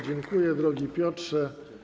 Dziękuję, drogi Piotrze.